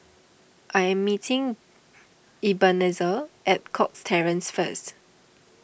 I am meeting Ebenezer at Cox Terrace first